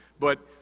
but,